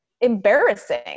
embarrassing